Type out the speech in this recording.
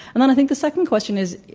and then i thi nk the second question is,